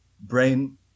brain